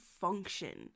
function